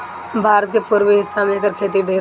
भारत के पुरबी हिस्सा में एकर खेती ढेर होला